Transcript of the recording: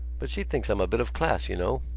but she thinks i'm a bit of class, you know.